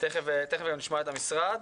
תכף נשמע את המשרד.